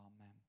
Amen